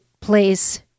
place